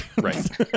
Right